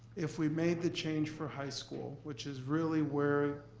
if we made the change for high school, which is really where.